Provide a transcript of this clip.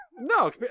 No